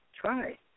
try